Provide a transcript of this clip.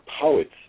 poets